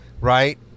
right